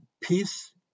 peace